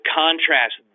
contrast